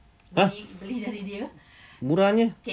!huh! murahnya